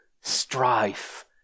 strife